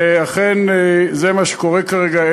ואכן זה מה שקורה כרגע.